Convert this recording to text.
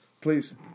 please